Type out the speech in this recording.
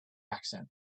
accent